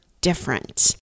different